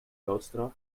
doodstraf